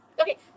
okay